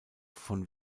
von